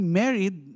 married